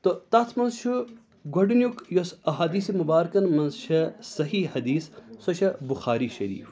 تہٕ تَتھ مَنٛز چھُ گۄڈنیٛک یُس احادیٖثہِ مُبارکَن مَنٛز چھِ صحیح حَدیٖث سۅ چھِ بُخاری شَریٖف